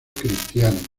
cristiano